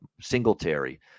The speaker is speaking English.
Singletary